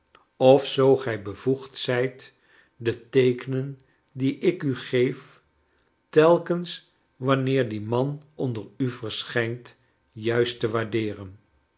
of zoo gij bevoegd zrjt de teekenen die ik u geef telkens wanneer die man onder u verschijnt juist te waardeeren